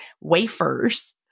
wafers